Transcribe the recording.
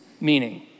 meaning